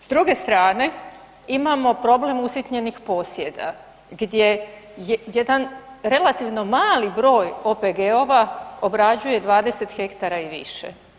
S druge strane, imamo problem usitnjenih posjeda, gdje jedan relativno mali broj OPG-ova obrađuje 20 ha i više.